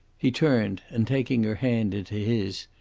he turned, and taking her hand into his,